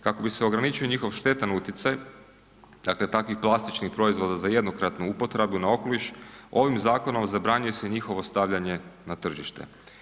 Kako bi se ograničio njihovo štetan utjecaj, dakle takvih plastičnih proizvoda za jednokratnu upotrebu na okoliš, ovim zakonom zabranjuje se njihovo stavljanje na tržište.